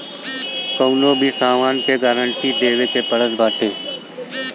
कवनो भी सामान के गारंटी देवे के पड़त बाटे